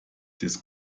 des